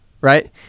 right